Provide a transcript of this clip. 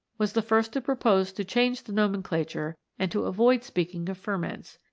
was the first to propose to change the nomenclature and to avoid speaking of ferments.